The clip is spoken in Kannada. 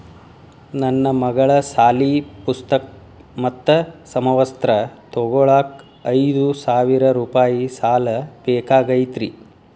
ನನ್ನ ಮಗಳ ಸಾಲಿ ಪುಸ್ತಕ್ ಮತ್ತ ಸಮವಸ್ತ್ರ ತೊಗೋಳಾಕ್ ಐದು ಸಾವಿರ ರೂಪಾಯಿ ಸಾಲ ಬೇಕಾಗೈತ್ರಿ